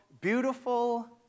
beautiful